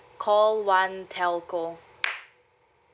call one telco